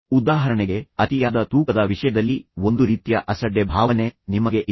ಉದಾಹರಣೆಗೆ ಅತಿಯಾದ ತೂಕದ ವಿಷಯದಲ್ಲಿ ಒಂದು ರೀತಿಯ ಅಸಡ್ಡೆ ಭಾವನೆ ನಿಮಗೆ ಇದೆ